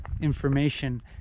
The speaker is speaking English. information